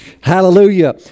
Hallelujah